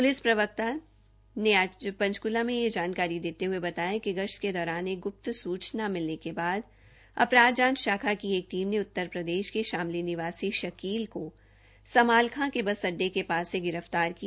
police प्रवक्ता नेआज पचंकूला मे यह जानकारी देते हये बताया कि गश्त दौरान एक ग्रप्त सूचना मिलने के बाद अपराध शाखा की एक टीम ने उत्तरप्रदेश के शामली निवासी शकील को समालखां के बस अड्डे के पास से गिरफ्तार किया